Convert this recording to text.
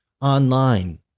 online